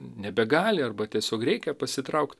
nebegali arba tiesiog reikia pasitraukt